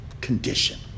condition